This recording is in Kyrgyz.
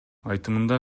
айтымында